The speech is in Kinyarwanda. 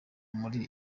muri